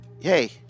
Hey